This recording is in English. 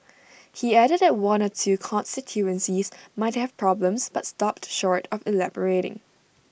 he added that one or two constituencies might have problems but stopped short of elaborating